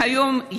והיום,